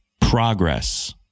progress